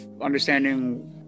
understanding